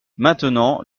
maintenant